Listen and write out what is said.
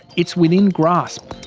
it's within grasp.